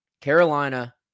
Carolina